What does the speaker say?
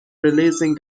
releasing